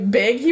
big